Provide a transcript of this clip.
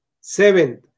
Seventh